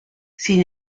sin